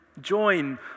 join